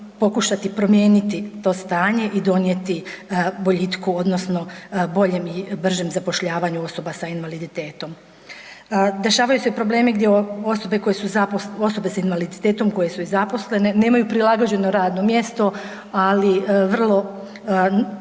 pokušati promijeniti to stanje i donijeti boljitku odnosno boljem i bržem zapošljavanju osoba sa invaliditetom. Dešavaju se problemi gdje osobe koje su zaposlene, osobe sa invaliditetom koje su zaposlene nemaju prilagođeno radno mjesto ali vrlo